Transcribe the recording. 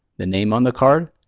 the name on the card,